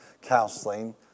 counseling